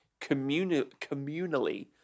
communally